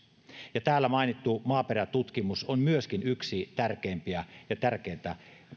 täällä mainittu maaperätutkimus on myöskin yksi tärkeitä